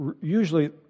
usually